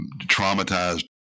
traumatized